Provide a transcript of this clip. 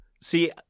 see